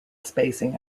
spacing